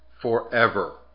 forever